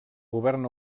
govern